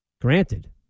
Granted